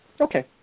Okay